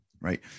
right